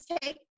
take